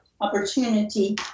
opportunity